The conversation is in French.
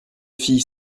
fille